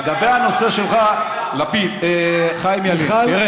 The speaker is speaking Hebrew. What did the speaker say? לגבי הנושא שלך, לפיד, חיים ילין.